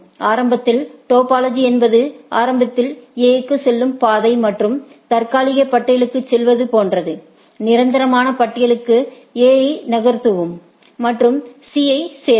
ஆரம்பத்தில் டோபாலஜி என்பது ஆரம்பத்தில் A க்கு செல்லும் பாதை மற்றும் தற்காலிக பட்டியலுக்குச் செல்வது போன்றது நிரந்தரமாக பட்டியலுக்கு A ஐ நகர்த்தவும் மற்றும்C ஐ சேர்க்கவும்